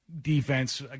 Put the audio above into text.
defense